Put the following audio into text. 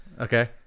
okay